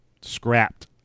scrapped